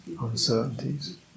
uncertainties